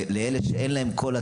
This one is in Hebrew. לאלה שאין להם קול,